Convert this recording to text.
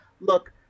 look